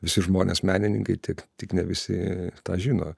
visi žmonės menininkai tik tik ne visi tą žino